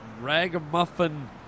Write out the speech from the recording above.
Ragamuffin